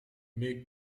make